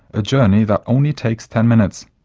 a journey that only takes ten minutes.